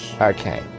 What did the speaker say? Okay